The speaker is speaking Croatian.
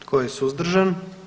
Tko je suzdržan?